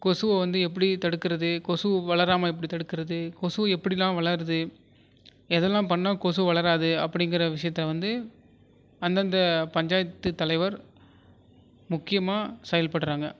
கொசுவை வந்து எப்படி தடுக்கிறது கொசு வளராமல் எப்படி தடுக்கிறது கொசு எப்படிலாம் வளருது எதெல்லாம் பண்ணிணா கொசு வளராது அப்படிங்கிற விஷயத்தை வந்து அந்தந்த பஞ்சாயத்து தலைவர் முக்கியமாக செயல்படுறாங்க